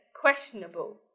questionable